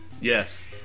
Yes